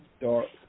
dark